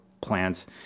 plants